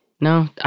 No